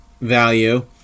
value